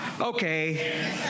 Okay